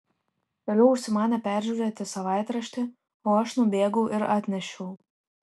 vėliau užsimanė peržiūrėti savaitraštį o aš nubėgau ir atnešiau